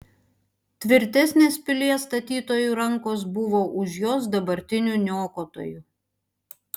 tvirtesnės pilies statytojų rankos buvo už jos dabartinių niokotojų